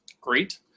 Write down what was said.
great